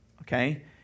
Okay